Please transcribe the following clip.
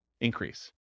increase